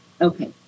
Okay